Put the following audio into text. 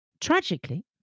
Tragically